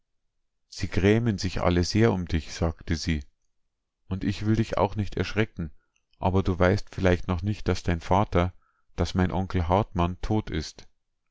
sie grämen sich alle sehr um dich sagte sie und ich will dich auch nicht erschrecken aber du weißt vielleicht noch nicht daß dein vater daß mein onkel hartmann tot ist